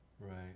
Right